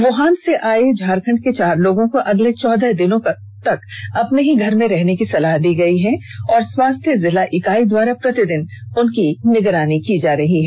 Wuhan से आए झारखंड के चार लोगों को अगले चौदह दिनों तक अपने घर में रहने की सलाह दी गई है और स्वाास्थ्य जिला इकाई द्वारा प्रतिदिन उनकी निगरानी की जा रही है